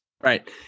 Right